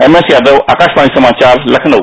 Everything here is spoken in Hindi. एम एस यादव आकाशवाणी समाचार लखनऊ